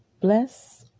bless